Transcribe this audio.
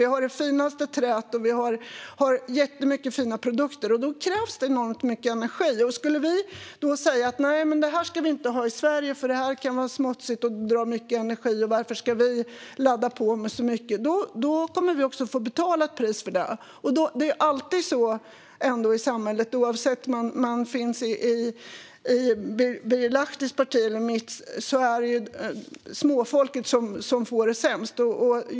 Vi har det finaste träet och jättemycket fina produkter. Då krävs det enormt mycket energi. Skulle vi då säga att vi i Sverige inte vill ha sådant som kan vara smutsigt och dra mycket energi kommer vi också att få betala ett pris för det. Så är det alltid i samhället, oavsett om man finns i Birger Lahtis parti eller i mitt, att det är småfolket som får det sämst.